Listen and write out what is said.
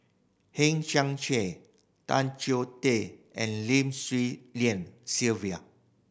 Hang Chang Chieh Tan Choh Tee and Lim Swee Lian Sylvia